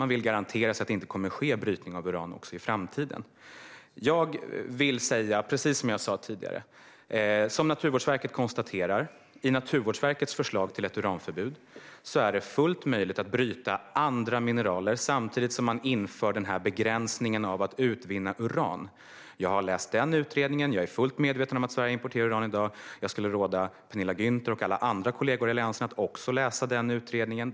De vill få garantier att det heller inte i framtiden kommer att ske någon brytning av uran. Jag vill säga samma sak som jag sa tidigare. Naturvårdsverket konstaterar i sitt förslag om ett uranförbud att det är fullt möjligt att bryta andra mineraler samtidigt som man inför en begränsning för att utvinna uran. Jag har läst den utredningen och är fullt medveten om att Sverige importerar uran i dag. Jag skulle råda Penilla Gunther och alla andra kollegor i Alliansen att också läsa utredningen.